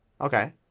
Okay